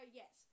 yes